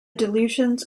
delusions